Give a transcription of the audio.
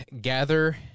gather